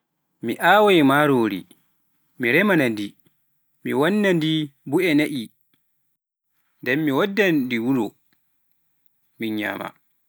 Mi awaai marori, mi remanaandi, mi wannanandi bu'e naai, mden mi wartara ni wuro, min nyama.